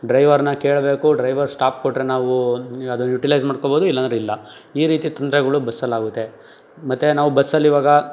ಡ್ರೈವರನ್ನ ಕೇಳಬೇಕು driver stop ಕೊಟ್ಟರೆ ನಾವು ಅದನ್ನು ಯುಟಿಲೈಸ್ ಮಾಡ್ಕೋಬೋದು ಇಲ್ಲಾಂದರೆ ಇಲ್ಲ ಈ ರೀತಿ ತೊಂದರೆಗಳು ಬಸ್ಸಲ್ಲಾಗುತ್ತೆ ಮತ್ತೆ ನಾವು ಬಸ್ಸಲ್ಲಿವಾಗ